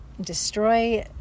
destroy